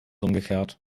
umgekehrt